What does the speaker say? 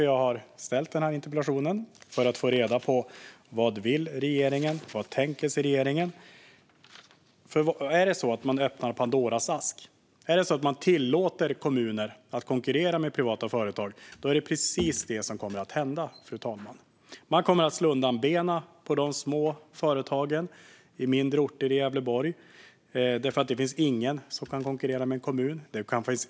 Jag har ställt denna interpellation för att få reda på vad regeringen vill och vad den tänker sig. Om man öppnar Pandoras ask och tillåter kommuner att konkurrera med privata företag kommer de att slå undan benen på de små företagen på mindre orter i Gävleborg. Det finns ju ingen som kan konkurrera med en kommun.